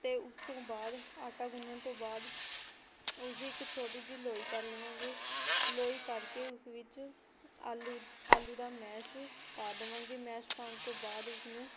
ਅਤੇ ਉਸ ਤੋਂ ਬਾਅਦ ਆਟਾ ਗੁੰਨਣ ਤੋਂ ਬਾਅਦ ਉਸਦੀ ਇੱਕ ਛੋਟੀ ਜਿਹੀ ਲੋਈ ਕਰ ਲਵਾਂਗੇ ਲੋਈ ਕਰਕੇ ਉਸ ਵਿੱਚ ਆਲੂ ਆਲੂ ਦਾ ਮੈਸ਼ ਪਾ ਦੇਵਾਂਗੇ ਮੈਸ਼ ਪਾਉਣ ਤੋਂ ਬਾਅਦ ਉਸਨੂੰ